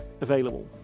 available